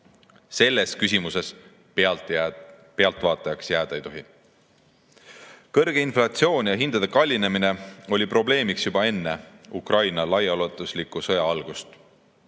Selles küsimuses pealtvaatajaks jääda ei tohi. Kõrge inflatsioon ja hindade kallinemine oli probleem juba enne Ukraina laiaulatusliku sõja algust.